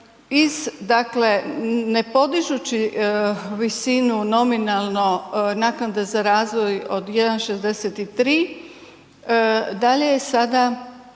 dakle ne podižući visinu nominalne naknade za razvoj od 1,63 dalje je sada